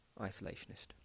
isolationist